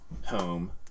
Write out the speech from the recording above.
home